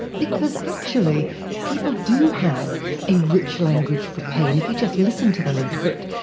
because actually people do have a rich language for pain if you just listen to them a bit.